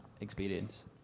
experience